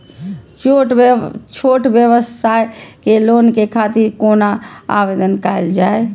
छोट व्यवसाय के लोन के खातिर कोना आवेदन कायल जाय?